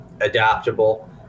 adaptable